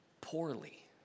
poorly